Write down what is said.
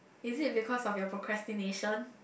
is it because of your procrastination